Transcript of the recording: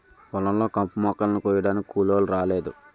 పొలం లో కంపుమొక్కలని కొయ్యడానికి కూలోలు రాలేదు